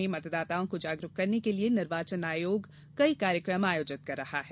प्रदेश में मतदाताओं को जागरूक करने के लिये निर्वाचन आयोग कई कार्यकम आयोजित कर रहा है